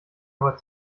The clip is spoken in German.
aber